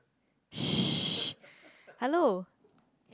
hello